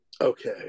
okay